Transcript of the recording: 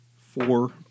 four